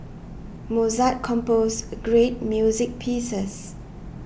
Mozart composed great music pieces